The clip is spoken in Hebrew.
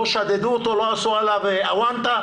לא שדדו אותו, לא עשו עליו אוונטה.